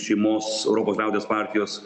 šeimos europos liaudies partijos